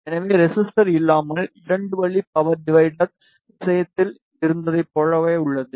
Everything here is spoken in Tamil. எனவே ரெசிஸ்டர் இல்லாமல் 2 வழி பவர் டிவைடர் விஷயத்தில் இருந்ததைப் போலவே உள்ளது